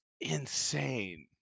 insane